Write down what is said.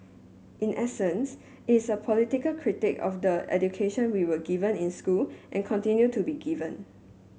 in essence it's a political critique of the education we were given in school and continue to be given